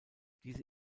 diese